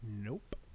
Nope